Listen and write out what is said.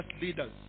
leaders